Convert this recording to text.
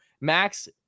Max